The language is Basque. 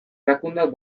erakundeak